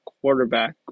quarterback